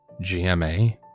G-M-A